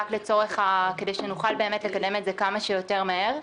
רק כדי שנוכל לקדם את זה כמה שיותר מהר.